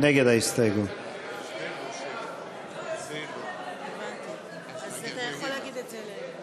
ההסתייגות של קבוצת סיעת המחנה הציוני (יעל כהן-פארן) לסעיף תקציבי 26,